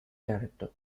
character